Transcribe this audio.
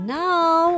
now